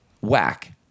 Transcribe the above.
Whack